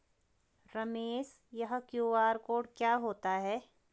रमेश यह QR code क्या होता है?